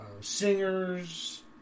singers